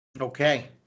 Okay